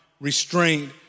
restrained